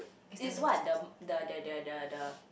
it's what the the the the the the